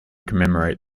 commemorate